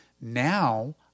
Now